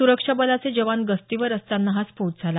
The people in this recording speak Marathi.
सुरक्षा बलाचे जवान गस्तीवर असताना हा स्फोट झाला